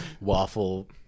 Waffle